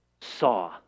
saw